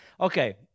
Okay